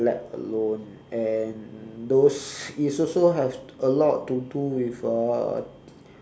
let alone and those is also have a lot to do with uh